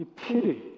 pity